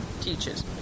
teaches